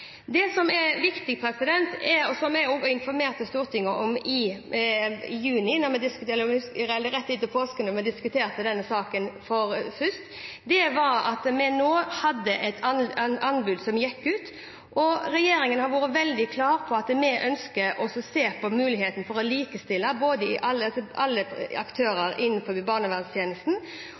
Det som er viktig, og som jeg informerte Stortinget om rett etter påske, da vi diskuterte denne saken først, er at vi hadde et anbud som gikk ut, og regjeringen har vært veldig klar på at den ønsker å se på muligheten for å likestille alle aktører innenfor barnevernstjenesten. Vi ønsker å kunne samkjøre de anbudsprosessene som vi skal i